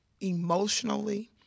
emotionally